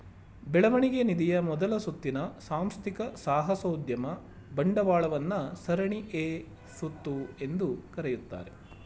ಬೆಳವಣಿಗೆ ನಿಧಿಯ ಮೊದಲ ಸುತ್ತಿನ ಸಾಂಸ್ಥಿಕ ಸಾಹಸೋದ್ಯಮ ಬಂಡವಾಳವನ್ನ ಸರಣಿ ಎ ಸುತ್ತು ಎಂದು ಕರೆಯುತ್ತಾರೆ